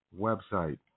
website